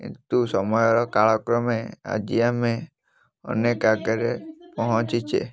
କିନ୍ତୁ ସମୟର କାଳକ୍ରମେ ଆଜି ଆମେ ଅନେକ ଆଗରେ ପହଞ୍ଚିଛେ